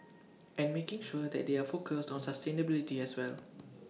and making sure that they are focused on sustainability as well